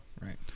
Right